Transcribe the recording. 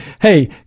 Hey